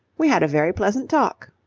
we had a very pleasant talk.